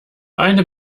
eine